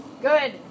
Good